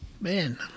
man